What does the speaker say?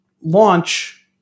launch